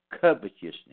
covetousness